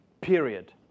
period